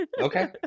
Okay